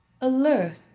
alert